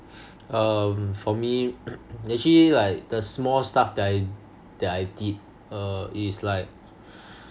um for me actually like the small stuff that I that I did uh is like